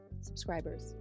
subscribers